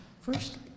First